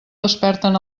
desperten